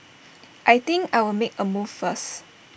I think I'll make A move first